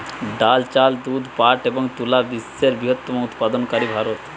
ডাল, চাল, দুধ, পাট এবং তুলা বিশ্বের বৃহত্তম উৎপাদনকারী ভারত